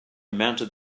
mounted